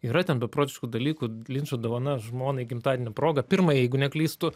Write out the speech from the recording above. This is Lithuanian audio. yra ten beprotiškų dalykų linčo dovana žmonai gimtadienio proga pirmajai jeigu neklystu